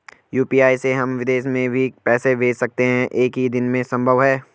UPI से हम विदेश में भी पैसे भेज सकते हैं एक ही दिन में संभव है?